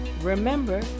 Remember